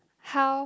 how